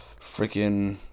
freaking